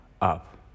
up